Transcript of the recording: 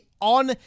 on